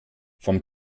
vom